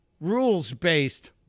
rules-based